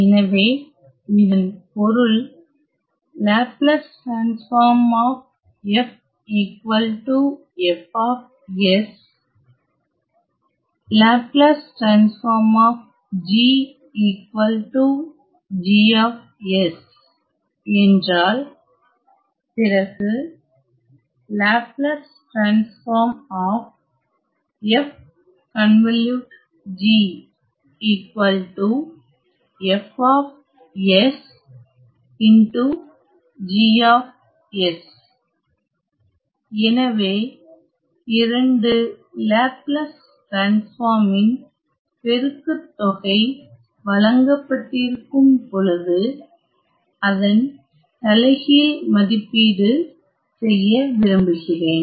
எனவே இதன் பொருள் L F L G என்றால் பிறகு எனவே இரண்டு லேப்லஸ் டிரான்ஸ்பார்மின் பெருக்குத் தொகை வழங்கப்பட்டிருக்கும் பொழுது அதன் தலைகீழ் மதிப்பீடு செய்ய விரும்புகிறேன்